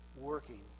working